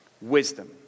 Wisdom